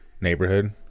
neighborhood